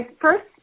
first